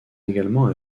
également